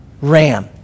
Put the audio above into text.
ram